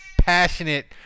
passionate –